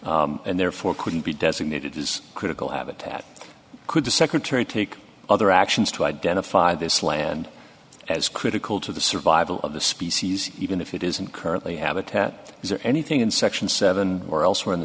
habitat and therefore couldn't be designated as critical of a tatt could the secretary take other actions to identify this land as critical to the survival of the species even if it isn't currently habitat is there anything in section seven or elsewhere in the